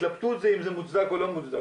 ההתלבטות זה אם זה מוצדק או לא מוצדק.